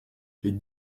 les